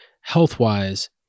health-wise